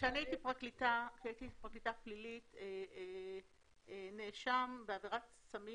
כשאני הייתי פרקליטה פלילית נאשם בעבירת סמים